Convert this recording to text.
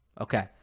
Okay